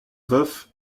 veuf